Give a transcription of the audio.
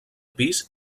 pis